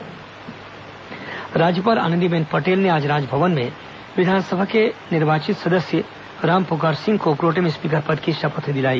pro tem speaker शपथ राज्यपाल आनंदीबेन पटेल ने आज राजभवन में विधानसभा के निर्वाचित सदस्य रामपुकार सिंह को प्रोटेम स्पीकर पद की शपथ दिलाई